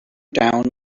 down